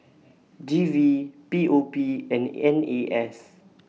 G V P O P and N A S